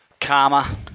Karma